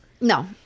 no